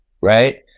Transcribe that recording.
right